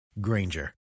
Granger